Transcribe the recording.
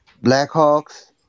Blackhawks